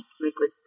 liquid